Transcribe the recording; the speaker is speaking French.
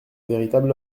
véritable